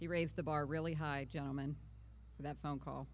he raised the bar really high gentleman that phone call